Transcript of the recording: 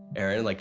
aaron, like